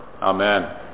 Amen